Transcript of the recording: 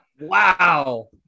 Wow